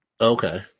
okay